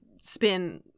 spin